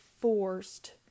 forced